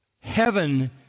Heaven